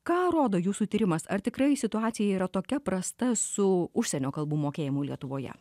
ką rodo jūsų tyrimas ar tikrai situacija yra tokia prasta su užsienio kalbų mokėjimu lietuvoje